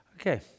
Okay